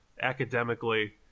academically